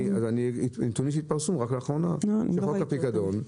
נתונים שהתפרסמו רק לאחרונה על חוק הפיקדון.